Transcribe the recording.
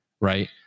right